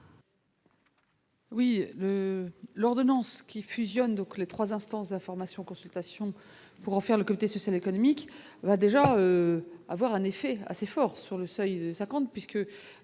Oui, le l'ordonnance qui fusionne donc les 3 instances d'information consultation pour en faire le côté social, économique va déjà avoir un effet assez fort sur le seuil de 50